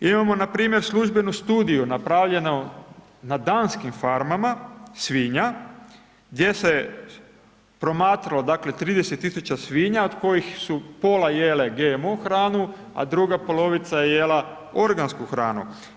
Imamo npr. službenu studiju, napravljeno na danskim farmama svinja, gdje se promatralo dakle, 30 tisuća svinja, od kojih su pola jele GMO hranu, a druga polovica je jela organsku hranu.